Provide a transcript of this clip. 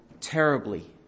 terribly